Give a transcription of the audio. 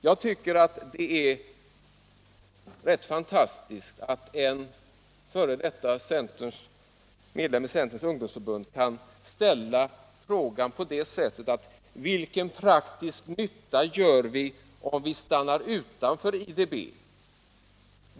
Jag tycker att det är rätt fantastiskt att en f.d. medlem i Centerns ungdomsförbund kan ställa frågan på detta sätt: Vilken praktisk nytta gör vi om vi stannar utanför IDB?